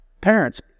parents